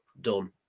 Done